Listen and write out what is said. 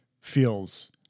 feels